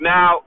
Now